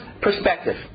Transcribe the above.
perspective